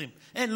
20. אין,